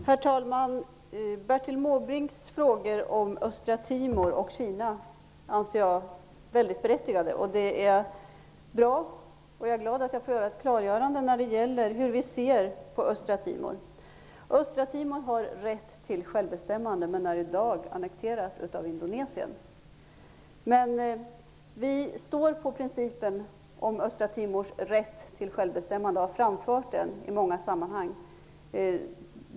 Herr talman! Bertil Måbrinks frågor om Östra Timor och Kina anser jag vara berättigade. Jag är glad över att få klargöra hur vi ser på Östra Timor. Östra Timor har rätt till självbestämmande men är i dag annekterat av Indonesien. Men vi står för principen om Östra Timors rätt till självbestämmande och har framfört den i många sammanhang.